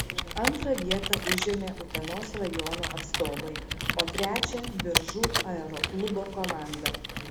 antrą vietą užėmė utenos rajono atstovai o trečią biržų aeroklubo komanda